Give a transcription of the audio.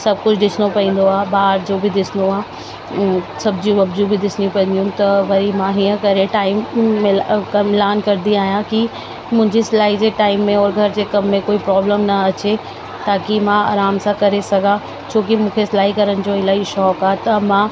सभु कुझु ॾिसिणो पवंदो आहे ॿार जो बि ॾिसिणो आहे ऐं सबजियूं वभिजयूं बि ॾिसिणियूं पवंदियूं आहिनि त वरी मां हीअं करे टाईम मिल कमु लान कंदी आहियां की मुंहिंजी सिलाई जे टाईम में और घर जे कम में कोई प्रोब्लम न अचे ताकी मां आराम सां करे सघां छो की मूंखे सिलाई करण जो इलाही शौक़ु आहे त मां